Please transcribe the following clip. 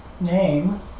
Name